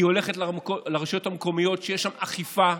לרשויות המקומיות שיש שם אכיפה,